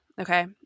Okay